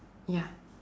ya